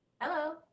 Hello